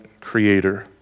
creator